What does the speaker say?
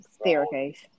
staircase